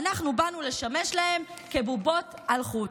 ואנחנו באנו לשמש להם כבובות על חוט.